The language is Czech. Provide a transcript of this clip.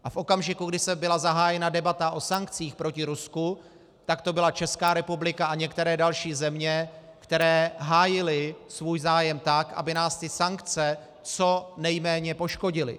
A v okamžiku, kdy byla zahájena debata o sankcích proti Rusku, tak to byla Česká republika a některé další země, které hájily svůj zájem tak, aby nás ty sankce co nejméně poškodily.